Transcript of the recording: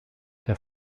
der